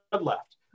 left